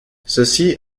ceci